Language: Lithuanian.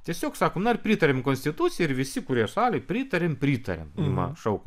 tiesiog sako na ar pritariam konstitucijai ir visi kurie salėj pritariam pritariam ima šaukt